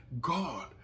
God